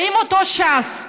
האם אותה ש"ס,